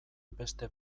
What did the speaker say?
beste